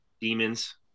demons